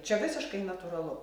čia visiškai natūralu